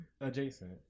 Adjacent